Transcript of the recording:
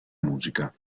musica